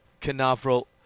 Canaveral